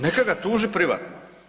Neka ga tuži privatno.